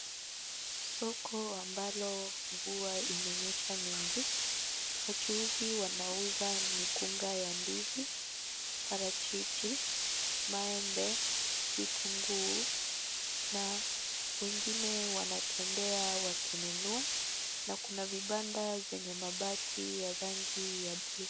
Soko ambalo mvua imenyesha mingi. Wachuuzi wanauza mikunga ya ndizi, parachichi, maembe, vitunguu na wengine wanatembea wakinunua. Na kuna vibanda vyenye mabati ya rangi ya blue.